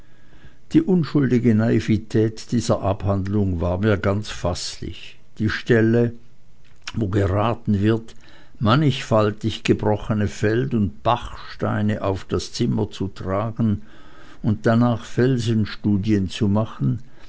die unschuldige naivetät dieser abhandlung war mir ganz faßlich die stelle wo geraten wird mannigfaltig gebrochene feld und bachsteine auf das zimmer zu tragen und danach felsenstudien zu machen